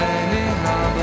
anyhow